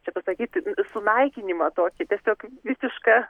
čia pasakyt sunaikinimą tokį tiesiog visišką